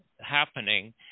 happening